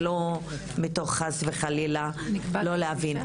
זה לא מתוך חס וחלילה לא להבין.